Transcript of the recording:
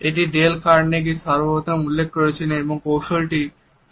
এটি Dale Carnegie সর্বপ্রথম উল্লেখ করেছিলেন এবং এই কৌশলটি খুবই সহজ